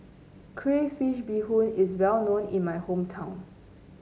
Crayfish Beehoon is well known in my hometown